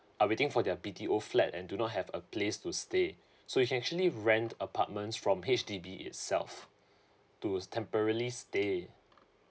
are waiting for their B_T_O flat and do not have a place to stay so you can actually rent apartments from H_D_B itself to temporarily stay